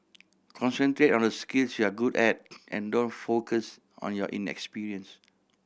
concentrate on the skills you're good at and don't focus on your inexperience